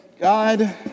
God